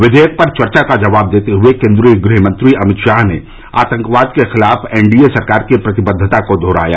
विधेयक पर चर्चा का जवाब देते हुए केन्द्रीय गृह मंत्री अमित शाह ने आंतकवाद के खिलाफ एनडीए सरकार की प्रतिबद्वता को दोहराया